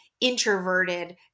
introverted